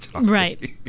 Right